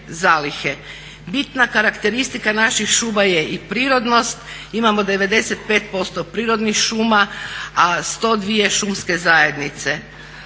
Bitna karakteristika naših šuma je i prirodnost, imamo 95% prirodnih šuma a 102 šumske zajednice.